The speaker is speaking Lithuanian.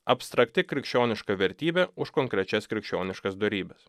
abstrakti krikščioniška vertybė už konkrečias krikščioniškas dorybes